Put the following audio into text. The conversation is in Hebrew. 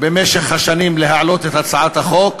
במשך השנים להעלות את הצעת החוק.